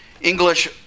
English